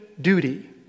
duty